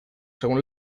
según